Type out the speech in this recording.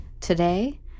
Today